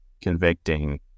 convicting